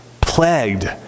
plagued